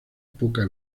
poca